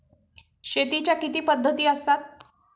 शेतीच्या किती पद्धती असतात?